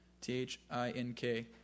T-H-I-N-K